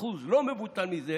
אחוז לא מבוטל מזה